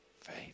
faith